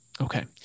Okay